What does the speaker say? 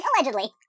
allegedly